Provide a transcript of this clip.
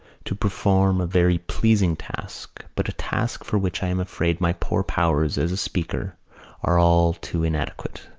to perform a very pleasing task but a task for which i am afraid my poor powers as a speaker are all too inadequate.